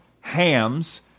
Hams